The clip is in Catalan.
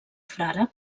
frare